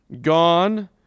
Gone